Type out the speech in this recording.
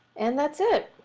and that's it.